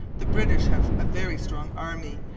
the british have a very strong army.